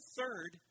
third